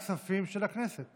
חברת הכנסת